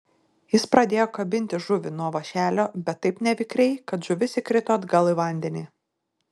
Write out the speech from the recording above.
jis pradėjo kabinti žuvį nuo vąšelio bet taip nevikriai kad žuvis įkrito atgal į vandenį